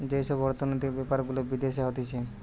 যেই সব অর্থনৈতিক বেপার গুলা বিদেশে হতিছে